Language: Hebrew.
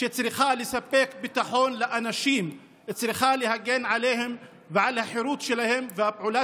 שצריכה לספק ביטחון לאנשים וצריכה להגן עליהם ועל החירות שלהם והפעולה